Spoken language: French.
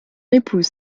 épouse